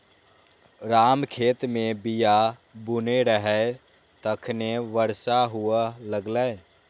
राम खेत मे बीया बुनै रहै, तखने बरसा हुअय लागलै